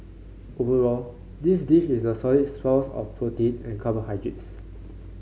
overall this dish is a solid source of protein and carbohydrates